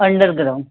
underground